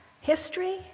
history